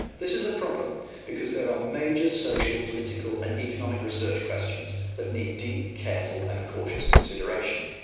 this is a problem because there are major social, political and economic research questions that need deep careful and cautious consideration.